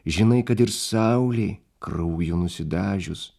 žinai kad ir saulė krauju nusidažius